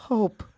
Hope